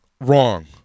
wrong